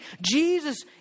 Jesus